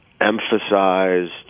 emphasized